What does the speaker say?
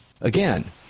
Again